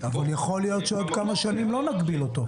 יכול להיות שבעוד כמה שנים לא נגביל אותו.